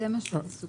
זה מה שסוכם.